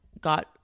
got